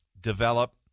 develop